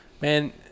man